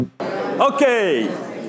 okay